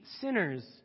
sinners